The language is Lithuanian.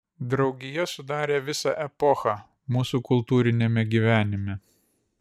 draugija sudarė visą epochą mūsų kultūriniame gyvenime